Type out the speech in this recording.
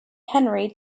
henry